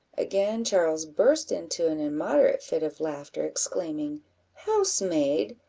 again charles burst into an immoderate fit of laughter, exclaiming housemaid!